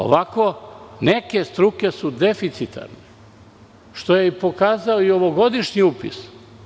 Ovako, neke struke su deficitarne, što je pokazao i ovogodišnji upis.